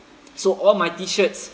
so all my T-shirts